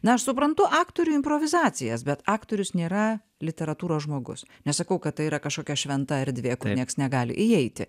na aš suprantu aktorių improvizacijas bet aktorius nėra literatūros žmogus nesakau kad tai yra kažkokia šventa erdvė kur nieks negali įeiti